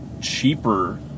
cheaper